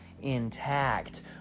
intact